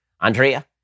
Andrea